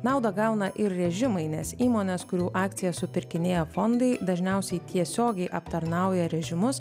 naudą gauna ir režimai nes įmonės kurių akcijas supirkinėja fondai dažniausiai tiesiogiai aptarnauja režimus